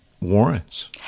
warrants